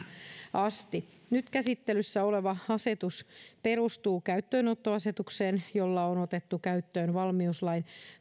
asti nyt käsittelyssä oleva asetus perustuu käyttöönottoasetukseen jolla on otettu käyttöön valmiuslain